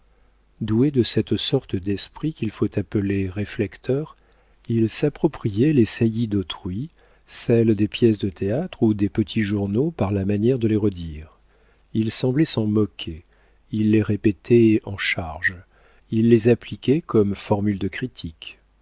doué de cette sorte d'esprit qu'il faut appeler réflecteur il s'appropriait les saillies d'autrui celles des pièces de théâtre ou des petits journaux par la manière de les redire il semblait s'en moquer il les répétait en charge il les appliquait comme formules de critique